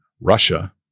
Russia